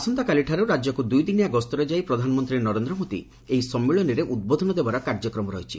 ଆସନ୍ତାକାଲିଠାରୁ ରାଜ୍ୟକୁ ଦୁଇଦିନିଆ ଗସ୍ତରେ ଯାଇ ପ୍ରଧାନମନ୍ତ୍ରୀ ନରେନ୍ଦ୍ର ମୋଦି ଏହି ସମ୍ମିଳନୀରେ ଉଦ୍ବୋଧନ ଦେବାର କାର୍ଯ୍ୟକ୍ରମ ରହିଛି